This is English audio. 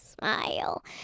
smile